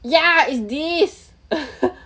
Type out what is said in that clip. ya is this